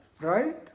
Right